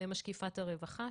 ומשקיפת הרווחה,